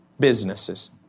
businesses